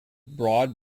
broad